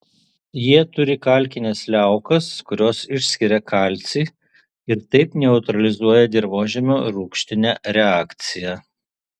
jie turi kalkines liaukas kurios išskiria kalcį ir taip neutralizuoja dirvožemio rūgštinę reakciją